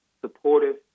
supportive